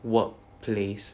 workplace